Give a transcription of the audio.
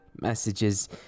messages